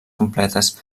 completes